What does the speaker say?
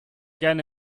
gerne